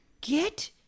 Get